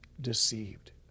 deceived